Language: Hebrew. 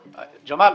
ג'מאל,